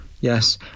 Yes